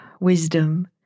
wisdom